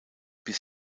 bis